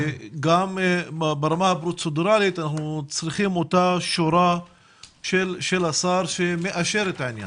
ברמה הפרוצדוראלית אנחנו צריכים את אותה שורה של השר שמאשר את העניין.